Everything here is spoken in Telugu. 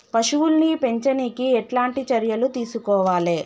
పశువుల్ని పెంచనీకి ఎట్లాంటి చర్యలు తీసుకోవాలే?